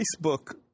Facebook